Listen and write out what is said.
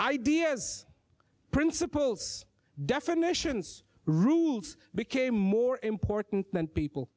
idea as principals definitions rules became more important than people